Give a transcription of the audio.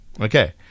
Okay